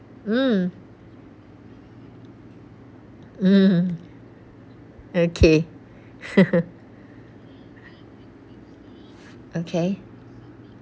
mm mmhmm okay okay